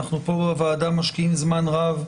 אנחנו פה בוועדה משקיעים זמן רב,